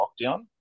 lockdown